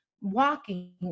walking